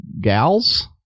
gals